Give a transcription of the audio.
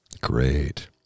Great